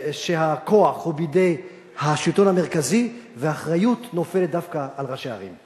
שהכוח הוא בידי השלטון המרכזי והאחריות נופלת דווקא על ראשי הערים.